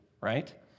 right